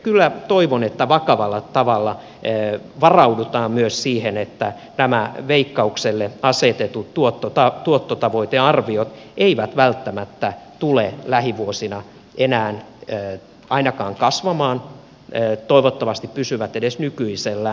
kyllä toivon että vakavalla tavalla varaudutaan myös siihen että veikkaukselle asetetut tuottotavoitearviot eivät välttämättä tule lähivuosina enää ainakaan kasvamaan toivottavasti pysyvät edes nykyisellään